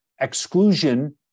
exclusion